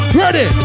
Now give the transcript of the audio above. Ready